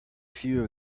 few